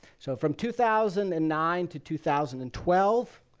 so from two thousand and nine to two thousand and twelve,